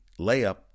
layup